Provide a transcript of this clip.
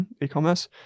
e-commerce